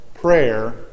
prayer